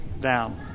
down